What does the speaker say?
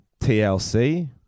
TLC